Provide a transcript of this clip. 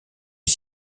est